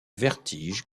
vertige